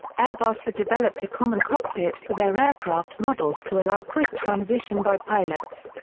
airbus had developed a common cockpit for their aircraft models to allow quick transition by pilots.